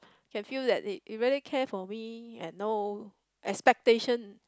can feel that he he really care for me and no expectation